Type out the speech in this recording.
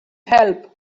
help